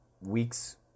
weeks